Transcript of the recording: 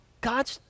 God